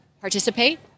participate